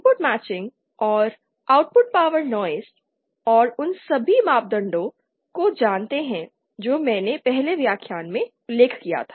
input matching और output power noise और उन सभी मानदंडों को जानते हैं जो मैंने पहले व्याख्यान में उल्लेख किया था